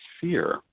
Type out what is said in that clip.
fear